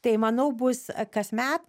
tai manau bus kasmet